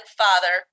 father